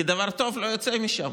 כי דבר טוב לא יוצא משם.